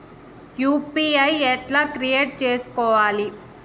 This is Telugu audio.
యూ.పీ.ఐ ఎట్లా క్రియేట్ చేసుకోవాలి?